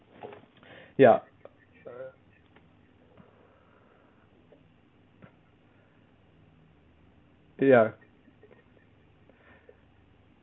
ya uh ya